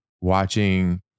watching